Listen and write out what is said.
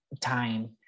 time